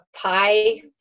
pie